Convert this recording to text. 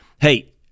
hey